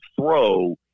throw